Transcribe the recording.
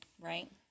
right